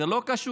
זה לא קשור